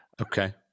Okay